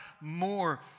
more